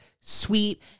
sweet